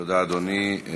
תודה, אדוני.